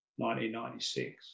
1996